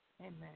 Amen